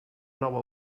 nova